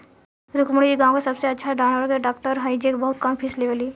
रुक्मिणी इ गाँव के सबसे अच्छा जानवर के डॉक्टर हई जे बहुत कम फीस लेवेली